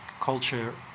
culture